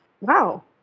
wow